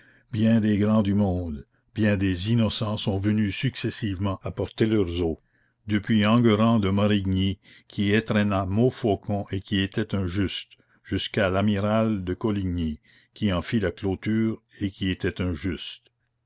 bien des grands du monde bien des innocents sont venus successivement apporter leurs os depuis enguerrand de marigni qui étrenna montfaucon et qui était un juste jusqu'à l'amiral de coligni qui en fit la clôture et qui était